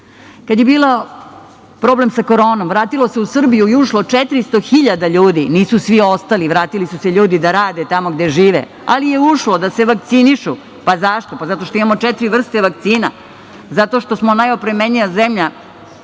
je bio problem sa koronom, vratilo se u Srbiju i ušlo 400.000 ljudi. Nisu svi ostali, vratili su se ljudi da rade tamo gde žive, ali je ušlo da se vakcinišu. Zašto? Zato što imamo četiri vrste vakcina. Zato što smo najopremljenija zemlja